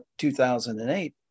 2008